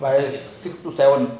by six to seven